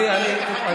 להמון